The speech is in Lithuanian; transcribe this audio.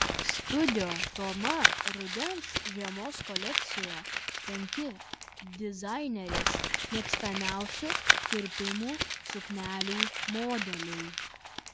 studio toma rudens žiemos kolekcijoje penki dizainerės mėgstamiausių kirpimų suknelių modeliai